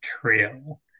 Trail